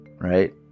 Right